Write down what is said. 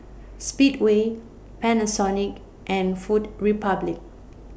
Speedway Panasonic and Food Republic